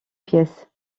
pièce